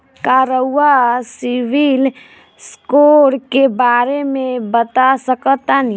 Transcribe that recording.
का रउआ CIBIL score के बारे में बता सकतानी?